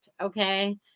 Okay